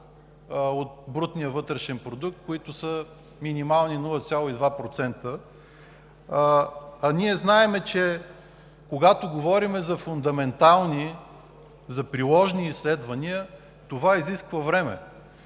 от брутния вътрешен продукт, които са минимални – 0,2%. Ние знаем, че когато говорим за фундаментални, приложни изследвания, това изисква време